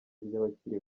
ry’abakiri